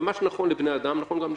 מה שנכון לבני אדם נכון גם לשופטים.